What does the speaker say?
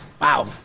Wow